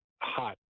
hot